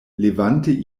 levante